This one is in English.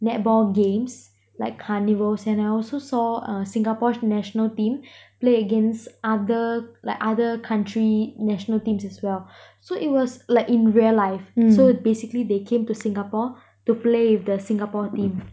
netball games like carnivals and I also saw uh singapore's national team play against other like other country national teams as well so it was like in real life so basically they came to singapore to play with the singapore team